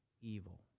evil